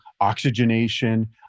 oxygenation